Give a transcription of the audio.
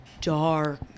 dark